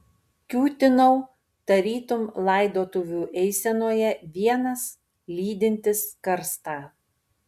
kiūtinau tarytum laidotuvių eisenoje vienas lydintis karstą